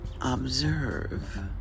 observe